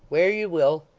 where you will